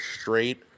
straight